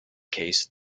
case